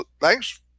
thanks